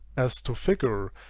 as to figure,